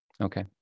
Okay